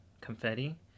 confetti